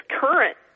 current